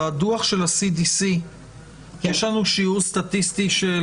בדוח של ה-CDC יש שיעור סטטיסטי של